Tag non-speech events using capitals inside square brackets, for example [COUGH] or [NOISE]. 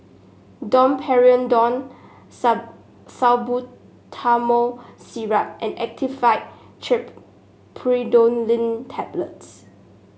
Domperidone [UNINTELLIGIBLE] Salbutamol Syrup and Actifed Triprolidine Tablets